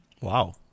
Wow